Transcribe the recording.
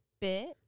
bit